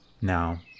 Now